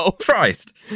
Christ